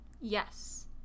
Yes